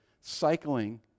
cycling